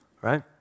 right